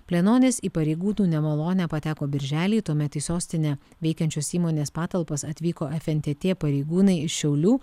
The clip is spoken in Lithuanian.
plenonis į pareigūnų nemalonę pateko birželį tuomet į sostinę veikiančios įmonės patalpas atvyko fntt pareigūnai iš šiaulių